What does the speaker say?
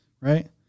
right